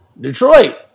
Detroit –